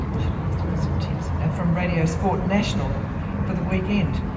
should have asked him for some tips from radio sport national for the weekend.